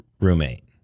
roommate